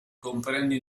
comprende